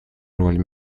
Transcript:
роль